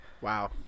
Wow